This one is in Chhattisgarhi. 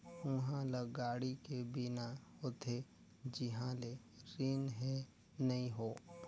उहां ल गाड़ी के बीमा होथे तिहां ले रिन हें नई हों